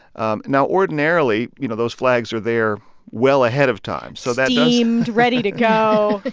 um now, ordinarily, you know, those flags are there well ahead of time, so that. steamed, ready to go.